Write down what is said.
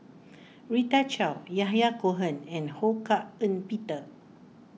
Rita Chao Yahya Cohen and Ho Hak Ean Peter